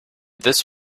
this